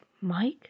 Mike